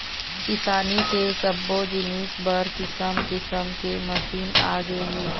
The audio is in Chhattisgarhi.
किसानी के सब्बो जिनिस बर किसम किसम के मसीन आगे हे